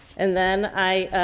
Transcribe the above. and then i